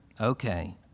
okay